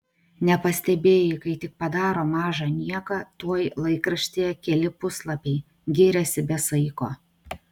nepastebėjai kai tik padaro mažą nieką tuoj laikraštyje keli puslapiai giriasi be saiko